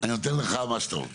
אני נותן לך מה שאתה רוצה.